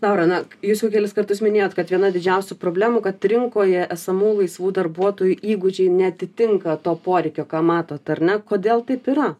laura na jūs jau kelis kartus minėjot kad viena didžiausių problemų kad rinkoje esamų laisvų darbuotojų įgūdžiai neatitinka to poreikio ką matot ar ne kodėl taip yra